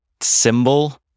symbol